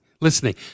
listening